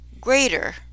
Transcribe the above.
greater